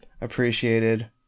appreciated